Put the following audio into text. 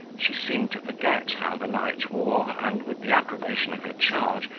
she seemed to forget how the night wore, and, with the approbation of her charge,